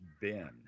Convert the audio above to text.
Ben